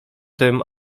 tym